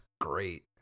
great